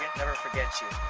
never forget you.